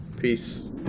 Peace